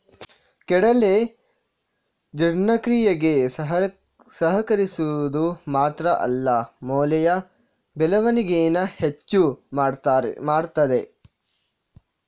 ಕಡಲೆ ಜೀರ್ಣಕ್ರಿಯೆಗೆ ಸಹಕರಿಸುದು ಮಾತ್ರ ಅಲ್ಲ ಮೂಳೆಯ ಬೆಳವಣಿಗೇನ ಹೆಚ್ಚು ಮಾಡ್ತದೆ